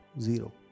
zero